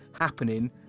happening